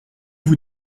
vous